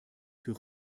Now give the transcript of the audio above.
für